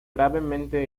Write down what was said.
gravemente